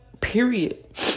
Period